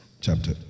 chapter